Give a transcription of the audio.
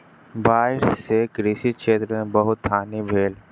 बाइढ़ सॅ कृषि क्षेत्र में बहुत हानि भेल